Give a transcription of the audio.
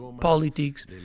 politics